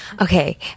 okay